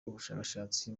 ubushakashatsi